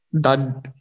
Done